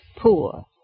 poor